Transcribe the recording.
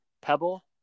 Pebble